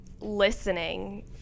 listening